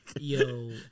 Yo